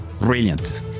Brilliant